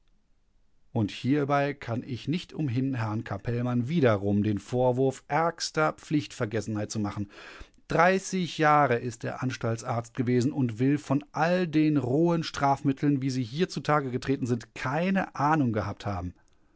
und hierbei kann ich nicht umhin herrn capellmann wiederum den vorwurf ärgster pflichtvergessenheit zu machen jahre ist er anstaltsarzt gewesen und will von all den rohen strafmitteln wie sie hier zutage getreten sind keine ahnung gehabt haben